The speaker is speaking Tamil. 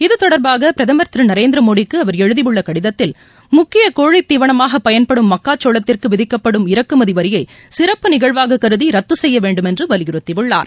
இதுதொடர்பாக பிரதமர் திரு நரேந்திர மோடிக்கு அவர் எழுதியுள்ள கடிதத்தில் முக்கிய கோழித் தீவனமாக பயன்படும் மக்காச்சோளத்திற்கு விதிக்கப்படும் இறக்குமதி வரியை சிறப்பு நிகழ்வாக கருதி ரத்து செய்ய வேண்டும் என்று வலியுறுத்தியுள்ளார்